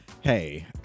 hey